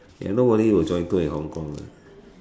ya nobody will join tour in Hong-Kong